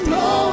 no